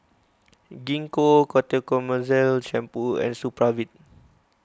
Gingko Ketoconazole Shampoo and Supravit